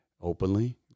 openly